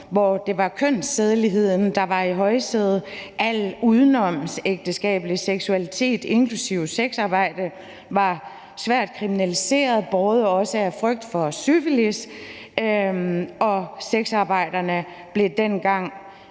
hvor det var kønssædeligheden, der var i højsædet. Al udenomsægteskabelig seksualitet, inklusive sexarbejde, var svært kriminaliseret og også båret af frygt for syfilis, og sexarbejderne blev dengang